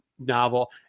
novel